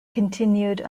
continued